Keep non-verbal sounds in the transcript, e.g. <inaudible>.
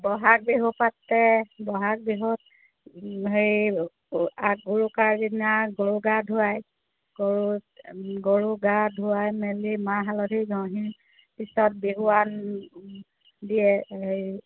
বহাগ বিহু পাতে বহাগ বিহু হেৰি <unintelligible> উৰুকাৰ দিনা গৰু গা ধুৱায় গৰু গৰু গা ধুৱাই মেলি মাহ হালধি ঘঁহি পিছত বিহুৱান দিয়ে হেৰি